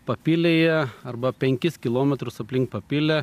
papilėje arba penkis kilometrus aplink papilę